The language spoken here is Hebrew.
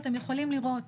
אתם יכולים לראות